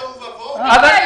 --- תוהו ובוהו?